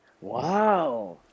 wow